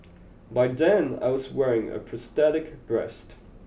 by then I was wearing a prosthetic breast